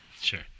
sure